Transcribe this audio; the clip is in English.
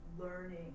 Learning